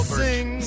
sing